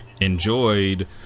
enjoyed